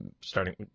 starting